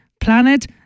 Planet